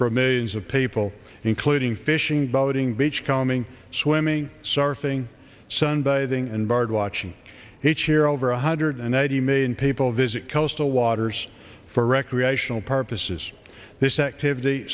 for millions of people including fishing boating beachcombing swimming surfing sunbathing and barred watching he chair over one hundred and eighty million people visit coastal waters for recreational purposes this activit